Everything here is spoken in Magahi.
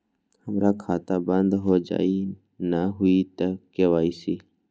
हमर खाता बंद होजाई न हुई त के.वाई.सी?